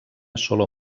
solo